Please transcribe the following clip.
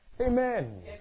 Amen